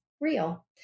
real